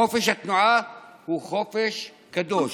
חופש התנועה הוא חופש קדוש.